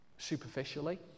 Superficially